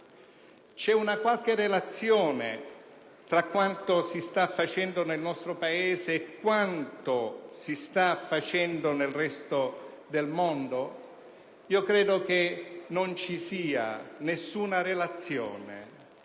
è una qualche relazione tra quanto si sta facendo nel nostro Paese e quanto si sta facendo nel resto del mondo? Io credo che non ci sia nessuna relazione.